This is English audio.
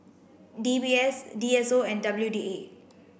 D B S D S O and W D A